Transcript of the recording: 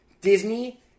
Disney